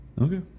Okay